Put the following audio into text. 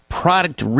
product